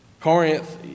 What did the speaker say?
Corinth